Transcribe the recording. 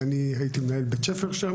ואני הייתי מנהל בית הספר שם